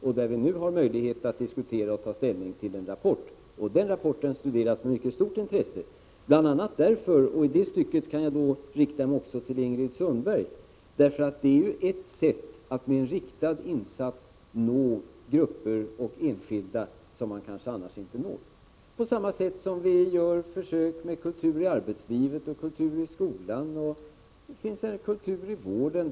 Vi har nu möjlighet att diskutera och ta ställning till en rapport om detta, och den rapporten studeras med mycket stort intresse. Bl. a. därför och i det stycket kan jag rikta mig också till Ingrid Sundberg. För detta är ju ett sätt att med en riktad insats nå grupper och enskilda som man kanske annars inte når, på samma sätt som vi gör försök med kultur i arbetslivet, kultur i skolan och även kultur i vården.